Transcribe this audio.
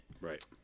Right